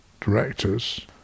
directors